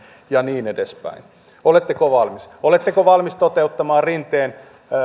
ja niin edespäin oletteko valmis oletteko valmis toteuttamaan rinteen